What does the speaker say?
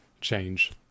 change